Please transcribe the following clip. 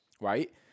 right